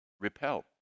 repel